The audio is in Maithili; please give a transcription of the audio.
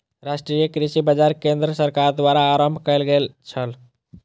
राष्ट्रीय कृषि बाजार केंद्र सरकार द्वारा आरम्भ कयल गेल छल